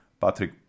Patrick